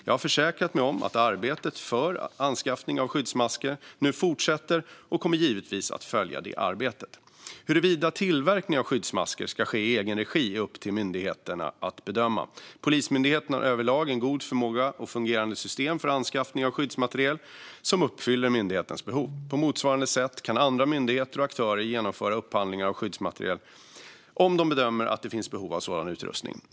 Jag har försäkrat mig om att arbetet för anskaffning av skyddsmasker nu fortsätter och kommer givetvis att följa det arbetet. Huruvida tillverkning av skyddsmasker ska ske i egen regi är upp till myndigheterna att bedöma. Polismyndigheten har överlag en god förmåga och fungerande system för anskaffning av skyddsmateriel som uppfyller myndighetens behov. På motsvarande sätt kan andra myndigheter och aktörer genomföra upphandlingar av skyddsmateriel om de bedömer att det finns behov av sådan utrustning.